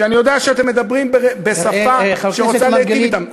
שאני יודע שאתם מדברים בשפה שרוצה להיטיב אתם,